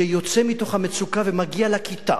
שיוצא מתוך המצוקה ומגיע לכיתה,